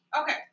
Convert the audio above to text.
Okay